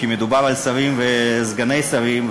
כי מדובר על שרים וסגני שרים,